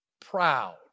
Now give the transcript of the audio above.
proud